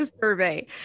survey